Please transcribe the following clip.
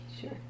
Sure